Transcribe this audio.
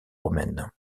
romaine